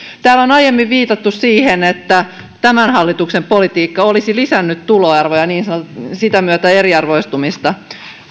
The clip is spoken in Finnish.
täällä on aiemmin viitattu siihen että tämän hallituksen politiikka olisi lisännyt tuloeroja ja sitä myötä eriarvoistumista